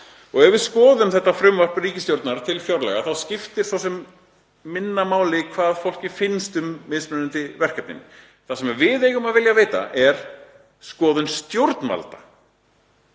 Ef við skoðum þetta frumvarp ríkisstjórnar til fjárlaga þá skiptir svo sem minna máli hvað fólki finnst um mismunandi verkefni. Það sem við eigum að vilja vita er skoðun stjórnvalda,